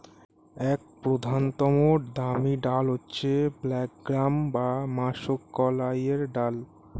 এক প্রধানতম দামি ডাল হচ্ছে ব্ল্যাক গ্রাম বা মাষকলাইয়ের ডাল